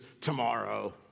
tomorrow